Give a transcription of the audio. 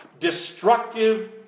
destructive